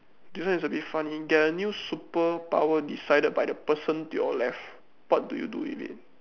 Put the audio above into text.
this one is a bit funny get a new superpower decided by the person to your left what do you do with it